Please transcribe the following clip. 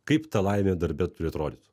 kaip ta laimė darbe turi atrodyt